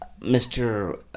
Mr